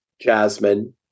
Jasmine